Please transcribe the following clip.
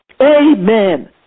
Amen